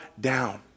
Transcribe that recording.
down